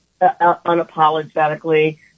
unapologetically